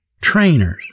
trainers